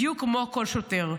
בדיוק כמו כל שוטר.